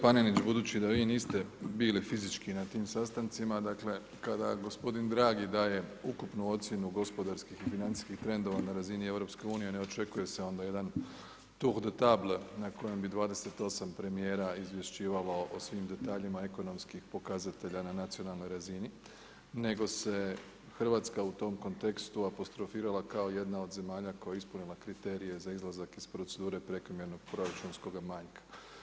Dakle, kolega Panenić budući da vi niste bili fizički na tim sastancima, dakle kada gospodin … daje ukupnu ocjenu gospodarskih i financijskih trendova na razini EU ne očekuje se onda jedan … na kojem bi 28 premijera izvješćivalo o svim detaljima ekonomskih pokazatelja na nacionalnoj razini nego se Hrvatska u tom kontekstu apostrofirala kao jedna od zemalja koja je ispunila kriterije za izlazak iz procedure prekomjernog proračunskog manjka.